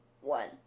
one